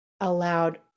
allowed